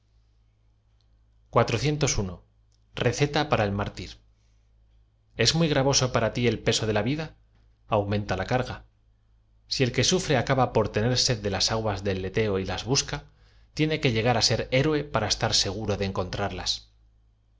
receta p a ra el m ártir es muy gravoso para ti el peso do la vida aamenta la carga si et que sufre acaba por tener bed da las aguas del leteo y las busca tiene que llegar a ser héroe para estar seguro de encontrarlas